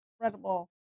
incredible